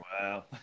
Wow